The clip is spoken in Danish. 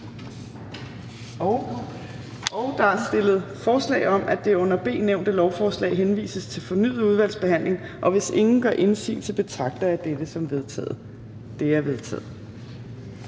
Der er stillet forslag om, at det under A nævnte lovforslag henvises til fornyet udvalgsbehandling. Hvis ingen gør indsigelse, betragter det som vedtaget. Det er vedtaget.